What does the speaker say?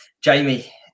Jamie